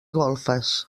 golfes